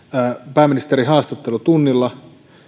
pääministerin haastattelutunnilla